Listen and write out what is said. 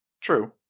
true